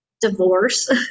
divorce